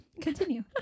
Continue